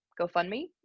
GoFundMe